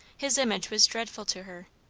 his image was dreadful to her.